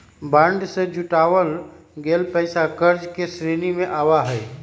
bond से जुटावल गइल पैसा कर्ज के श्रेणी में आवा हई